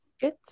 good